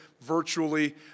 virtually